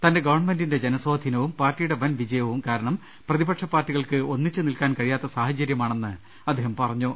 തന്റെ ഗവൺമെന്റിന്റെ ജനസ്വാധീനവും പാർട്ടിയുടെ വൻ വിജയവും കാരണം പ്രതിപക്ഷ പാർട്ടി കൾക്ക് ഒന്നിച്ചുനിൽക്കാൻ കഴിയാത്ത സാഹചര്യമാണെന്ന് അദ്ദേഹം പറ ഞ്ഞു